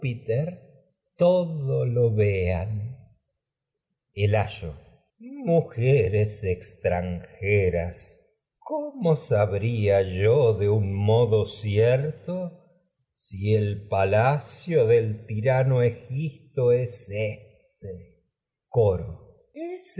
todo lo en ayo mujeres si el extranjeras cómo sabria yo de un modo cierto ese palacio del tirano egisto es éste coro